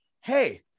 Hey